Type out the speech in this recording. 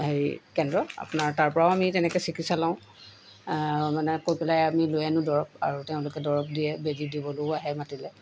হেৰি কেন্দ্ৰ আপোনাৰ তাৰ পৰাও আমি তেনেকৈ চিকিৎসা লওঁ মানে কৈ পেলাই আমি লৈ আনোঁ দৰৱ আৰু তেওঁলোকে দৰৱ দিয়ে বেজী দিবলৈও আহে মাতিলে